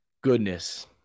goodness